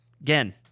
Again